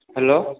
hello